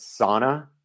sauna